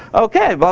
ok. blah,